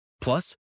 Plus